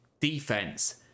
defense